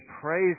praise